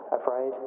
afraid